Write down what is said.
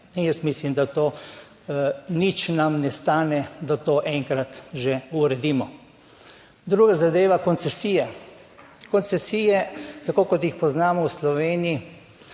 Jaz mislim, da to nič nam ne stane, da to enkrat že uredimo. Druga zadeva, koncesije. Koncesije tako kot jih poznamo v Sloveniji